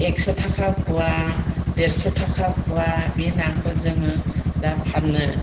एकस' थाखा पवा देरस' थाखा पवा बे नाखौ जोङो दा फानो